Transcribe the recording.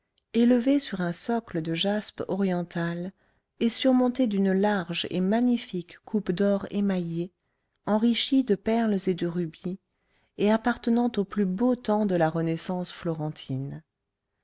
élevé sur un socle de jaspe oriental et surmonté d'une large et magnifique coupe d'or émaillée enrichie de perles et de rubis et appartenant au plus beau temps de la renaissance florentine